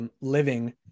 living